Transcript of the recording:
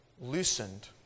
loosened